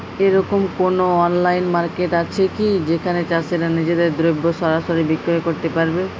এরকম কোনো online market আছে কি যেখানে চাষীরা নিজেদের দ্রব্য সরাসরি বিক্রয় করতে পারবে?